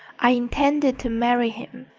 i intended to marry him.